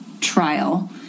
trial